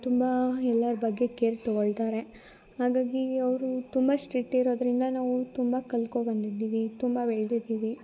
ತುಂಬ ಎಲ್ಲರ ಬಗ್ಗೆ ಕೇರ್ ತಗೋಳ್ತಾರೆ ಹಾಗಾಗಿ ಅವರು ತುಂಬ ಸ್ಟ್ರಿಕ್ಟ್ ಇರೋದರಿಂದ ನಾವು ತುಂಬ ಕಲ್ಕೊ ಬಂದಿದೀವಿ ತುಂಬ ಬೆಳೆದಿದಿವಿ